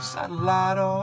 Satellite